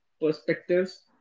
perspectives